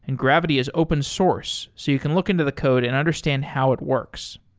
and gravity is open source so you can look into the code and understand how it works.